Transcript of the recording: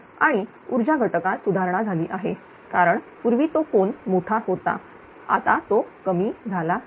आणि ऊर्जा घटकात सुधारणा झाली आहे कारण पूर्वी तो कोन मोठा होता आता तो कमी झाला आहे